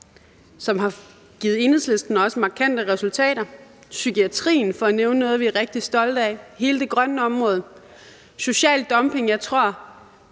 også har givet Enhedslisten markante resultater. Der er psykiatrien for at nævne noget, vi er rigtig stolte af. Der er hele det grønne område. Så er der det om